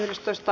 asia